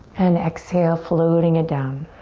and exhale, floating it down.